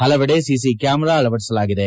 ಪಲವೆಡೆ CC camera ಅಳವಡಿಸಲಾಗಿದೆ